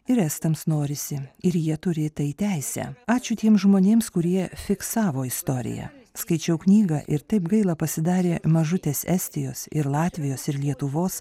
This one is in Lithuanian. ir estams norisi ir jie turi į tai teisę ačiū tiems žmonėms kurie fiksavo istoriją skaičiau knygą ir taip gaila pasidarė mažutės estijos ir latvijos ir lietuvos